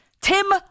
Tim